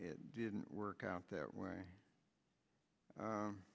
it didn't work out that way